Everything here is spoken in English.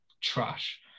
trash